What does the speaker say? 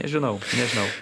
nežinau nežinau